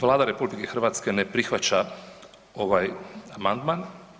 Vlada RH ne prihvaća ovaj amandman.